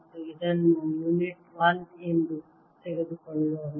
ಮತ್ತು ಇದನ್ನು ಯುನಿಟ್ 1 ಎಂದು ತೆಗೆದುಕೊಳ್ಳೋಣ